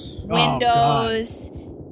Windows